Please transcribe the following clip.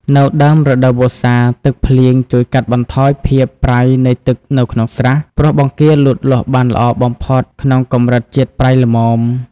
នៅដើមរដូវវស្សា ទឹកភ្លៀងជួយកាត់បន្ថយភាពប្រៃនៃទឹកនៅក្នុងស្រះ ព្រោះបង្គាលូតលាស់បានល្អបំផុតក្នុងកម្រិតជាតិប្រៃល្មម។